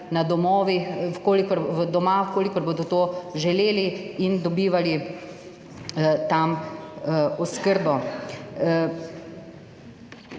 doma, v kolikor bodo to želeli, in dobivali tam oskrbo.